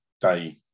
day